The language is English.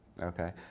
Okay